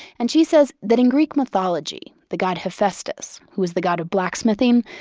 and she says that in greek mythology, the god hephaestus, who was the god of blacksmithing,